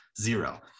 Zero